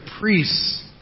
priests